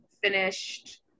finished